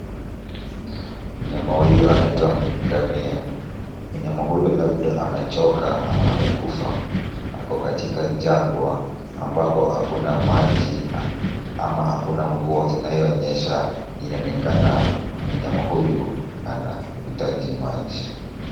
Mnyama huyu anaitwa ngamia. Mnyama huyu labda amechoka ama amekufa. Ako katika jangwa ambapo hakuna maji ama hakuna mvua inayonyesha. Inaonekana mnyama huyu anahitaji maji.